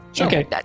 Okay